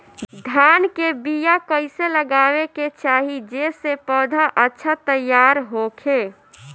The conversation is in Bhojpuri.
धान के बीया कइसे लगावे के चाही जेसे पौधा अच्छा तैयार होखे?